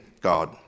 God